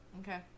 okay